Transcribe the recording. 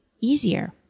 easier